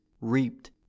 reaped